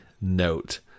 note